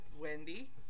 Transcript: Wendy